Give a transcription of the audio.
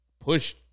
push